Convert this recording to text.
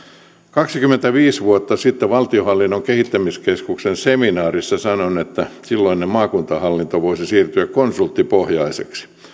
kaksikymmentäviisi vuotta sitten valtionhallinnon kehittämiskeskuksen seminaarissa sanoin että silloinen maakuntahallinto voisi siirtyä konsulttipohjaiseksi